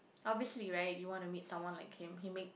obviously right you want to meet someone like him he make